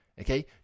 okay